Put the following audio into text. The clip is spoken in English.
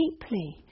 deeply